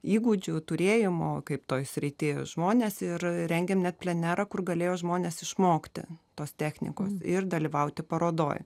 įgūdžių turėjimo kaip toj srity žmonės ir rengėm net plenerą kur galėjo žmonės išmokti tos technikos ir dalyvauti parodoj